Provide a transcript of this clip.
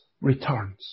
returns